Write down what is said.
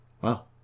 Wow